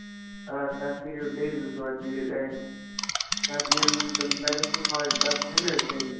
آ تَتھ کٔرِو بیٚیہِ زٕ ژور چیٖز ایڈ تَتھ یِم تِم پیرسٹِمال ڈَبہٕ چھِنہٕ حظ تھٲومٕتۍ